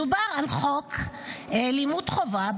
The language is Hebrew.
מדובר על חוק לימוד חובה,